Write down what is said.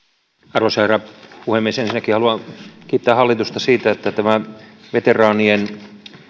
arvoisa herra puhemies ensinnäkin haluan kiittää hallitusta siitä että tämä veteraanien